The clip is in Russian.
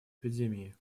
эпидемии